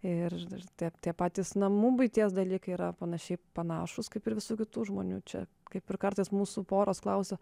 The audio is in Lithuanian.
ir ir tie tie patys namų buities dalykai yra panašiai panašūs kaip ir visų kitų žmonių čia kaip ir kartais mūsų poros klausia